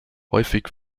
häufig